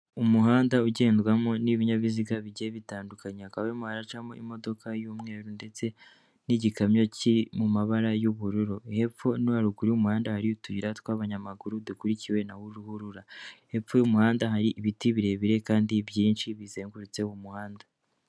Umuhanda ugendwamo n'ibinyabiziga bigiye bitandukanya kabamoracamo imodoka y'umweru ndetse n'igikamyo kiri mu mabara y'ubururu hepfo no haruguru y'umuhanda hari utuyira tw'abanyamaguru dukurikiwe na ruhurura hepfo y'umuhanda hari ibiti birebire kandi byinshi bizengurutse umuhanda.